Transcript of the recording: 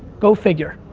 go figure.